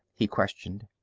he questioned.